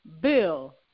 bill